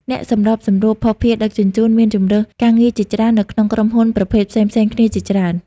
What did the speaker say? អ្នកសម្របសម្រួលភស្តុភារដឹកជញ្ជូនមានជម្រើសការងារជាច្រើននៅក្នុងក្រុមហ៊ុនប្រភេទផ្សេងៗគ្នាជាច្រើន។